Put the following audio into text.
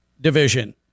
division